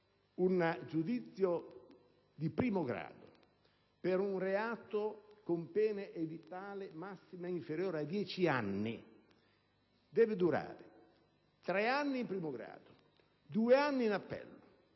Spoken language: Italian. un giudizio per un reato con pena edittale massima inferiore a dieci anni deve durare tre anni in primo grado, due anni in appello,